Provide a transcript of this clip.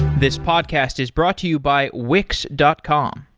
this podcast is brought to you by wix dot com.